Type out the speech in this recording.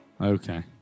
Okay